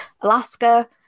Alaska